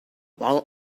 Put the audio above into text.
while